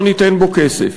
לא ניתן בו כסף,